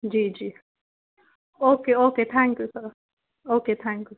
جی جی okay okay thank you sir okay thank you